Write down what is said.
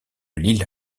lille